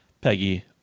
Peggy